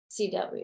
CW